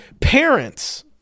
Parents